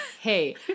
hey